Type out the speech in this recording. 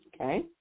okay